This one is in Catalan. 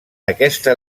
aquesta